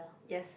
yes